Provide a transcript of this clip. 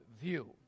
view